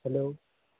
hello